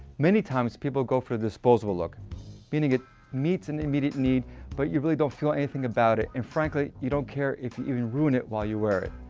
many times people go for the disposable look meaning it meets an immediate need but you really don't feel anything about it and frankly you don't care if you even ruin it when you wear it.